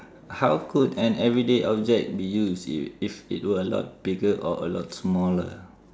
how could an everyday object be used if if it were a lot bigger or a lot smaller